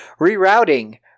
rerouting